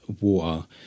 water